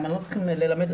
אני לא צריכה ללמד,